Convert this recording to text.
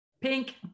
Pink